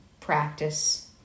practice